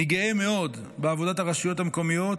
אני גאה בעבודת הרשויות המקומיות,